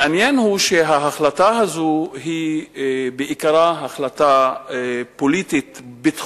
מעניין הוא שההחלטה הזאת היא בעיקרה החלטה פוליטית-ביטחונית,